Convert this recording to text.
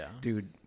dude